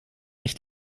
echt